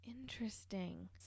interesting